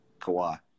Kawhi